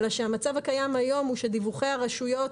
אלא שהמצב הקיים היום הוא שדיווחי הרשויות